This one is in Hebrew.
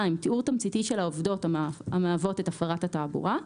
תיאור תמציתי של העובדות המהוות את הפרת התעבורה.